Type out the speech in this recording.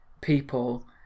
people